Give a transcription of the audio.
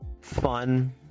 fun